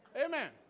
Amen